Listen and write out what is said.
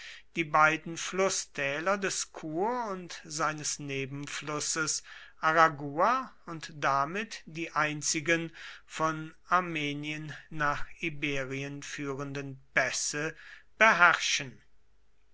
die beiden flußtäler des kur und seines nebenflusses aragua und damit die einzigen von armenien nach iberien führenden pässe beherrschen